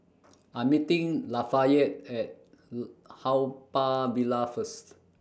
I'm meeting Lafayette At Haw Par Villa First